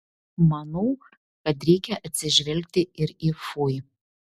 manau kad reikia atsižvelgti ir į fui